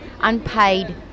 unpaid